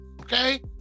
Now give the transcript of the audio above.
Okay